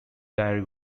diary